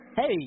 hey